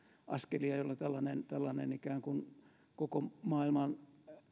askelia joilla tällainen tällainen ikään kuin koko maailman